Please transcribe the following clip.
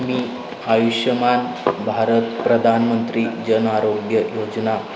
मी आयुष्मान भारत प्रधानमंत्री जन आरोग्य योजना